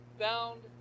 found